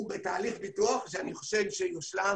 הוא בתהליך פיתוח שאני חושב שיושלם